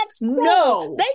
no